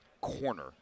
corner